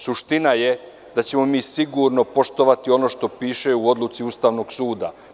Suština je da ćemo mi sigurno poštovati ono što piše u odluci Ustavnog suda.